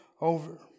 over